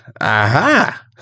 aha